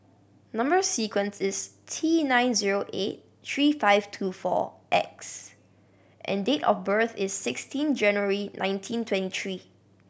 number sequence is T nine zero eight three five two four X and date of birth is sixteen January nineteen twenty three